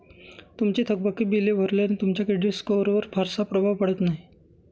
तुमची थकबाकी बिले भरल्याने तुमच्या क्रेडिट स्कोअरवर फारसा प्रभाव पडत नाही